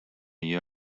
you